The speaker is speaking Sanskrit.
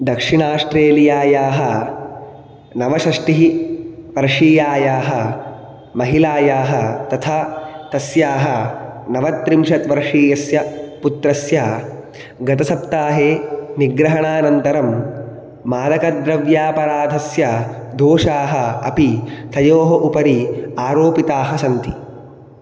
दक्षिण आष्ट्रेलियायाः नव षष्टिः वर्षियायाः महिलायाः तथा तस्याः नवत्रिंशद्वर्षियस्य पुत्रस्य गतसप्ताहे निग्रहणानन्तरं मानकद्रव्यापराधस्य दोषाः अपि तयोः उपरि आरोपिताः सन्ति